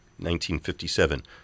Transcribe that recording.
1957